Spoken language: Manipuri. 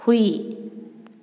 ꯍꯨꯏ